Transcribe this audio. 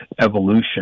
evolution